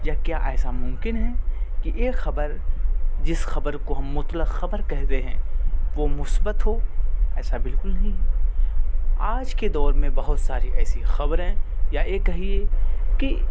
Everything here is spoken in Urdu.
یا کیا ایسا ممکن ہے کہ ایک خبر جس خبر کو ہم مطلق خبر کہتے ہیں وہ مثبت ہو ایسا بالکل نہیں ہے آج کے دور میں بہت ساری ایسی خبریں یا یہ کہیے کہ